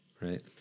right